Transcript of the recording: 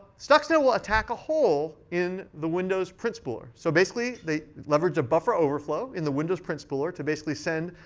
stuxnet will attack a hole in the windows print spooler. so basically, they leverage a buffer overflow in the windows print spooler, to basically send a